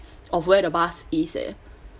of where the bus is eh